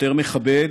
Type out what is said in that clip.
יותר מכבד,